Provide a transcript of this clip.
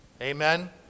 Amen